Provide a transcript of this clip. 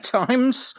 times